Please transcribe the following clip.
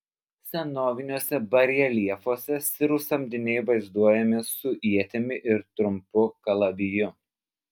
senoviniuose bareljefuose sirų samdiniai vaizduojami su ietimi ir trumpu kalaviju